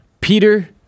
Peter